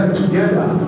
together